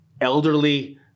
elderly